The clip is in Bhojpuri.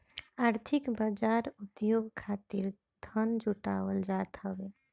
आर्थिक बाजार उद्योग खातिर धन जुटावल जात हवे